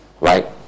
right